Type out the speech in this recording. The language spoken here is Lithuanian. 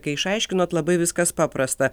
kai išaiškinot labai viskas paprasta